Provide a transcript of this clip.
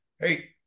hey